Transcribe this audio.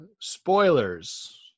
Spoilers